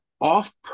off